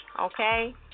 okay